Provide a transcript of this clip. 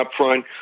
upfront